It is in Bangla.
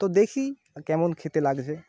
তো দেখি কেমন খেতে লাগছে